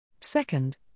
Second